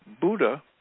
Buddha